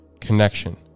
connection